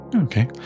Okay